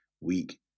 week